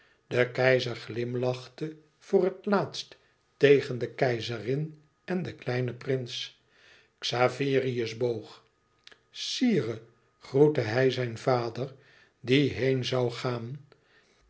de keizer glimlachte voor het laatst tegen de keizerin en den kleinen prins xaverius boog sire groette hij zijn vader die heen zoû gaan